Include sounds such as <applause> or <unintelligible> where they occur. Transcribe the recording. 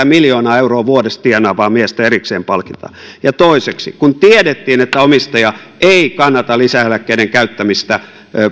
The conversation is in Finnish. <unintelligible> miljoonaa euroa vuodessa tienaavaa miestä erikseen palkitaan ja toiseksi kun tiedettiin että omistaja ei kannata lisäeläkkeiden käyttämistä